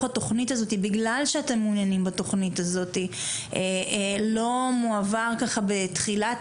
התוכנית הזאת בגלל שאתם מעוניינים בתוכנית הזו לא מועבר כבר בתחילת